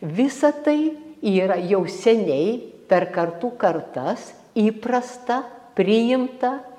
visa tai yra jau seniai per kartų kartas įprasta priimta